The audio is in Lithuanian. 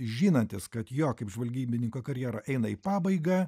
žinantis kad jo kaip žvalgybininko karjera eina į pabaigą